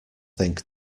think